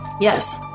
yes